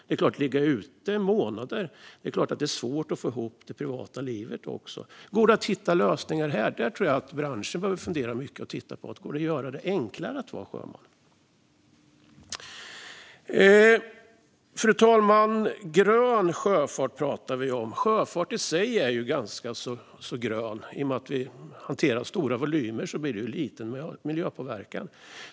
Det är klart att det är svårt att få ihop det privata livet om man ligger ute i månader. Går det att hitta lösningar här? Det behöver branschen titta på. Går det att göra det enklare att vara sjöman? Fru talman! Vi talar om grön sjöfart. Sjöfart i sig är ganska grön. I och med att den hanterar stora volymer blir det liten miljöpåverkan.